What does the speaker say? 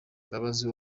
mbabazi